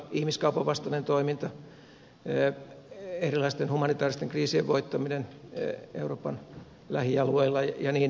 ihmiskaupan vastainen toiminta erilaisten humanitaaristen kriisien voittaminen euroopan lähialueilla ja niin edelleen